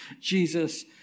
Jesus